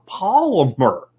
polymer